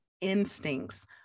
instincts